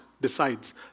decides